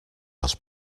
les